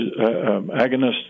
agonists